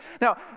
Now